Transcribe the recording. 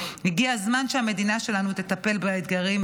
--- הגיע הזמן שהמדינה שלנו תטפל באתגרים,